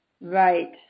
Right